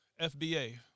FBA